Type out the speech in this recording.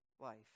life